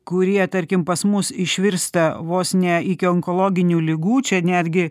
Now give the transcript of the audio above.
kurie tarkim pas mus išvirsta vos ne iki onkologinių ligų čia netgi